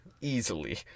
easily